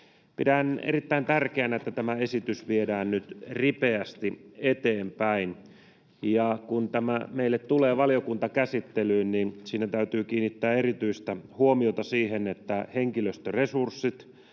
Pidän erittäin tärkeänä, että tämä esitys viedään nyt ripeästi eteenpäin, ja kun tämä meille tulee valiokuntakäsittelyyn, niin siinä täytyy kiinnittää erityistä huomiota siihen, että henkilöstöresurssit